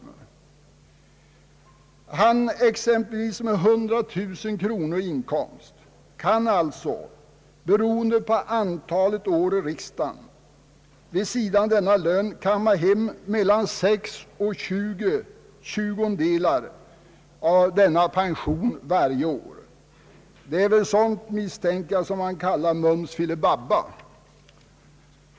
Den som exempelvis har 100000 kronor i årsinkomst kan alltså, beroende på antalet år i riksdagen, vid sidan av denna lön kamma hem mellan sex och tjugo tjugondelar av en pension på cirka 20000 kronor. Jag mistänker att det är sådant som kallas för mums filebabba!